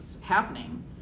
happening